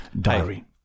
Diary